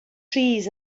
trees